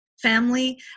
Family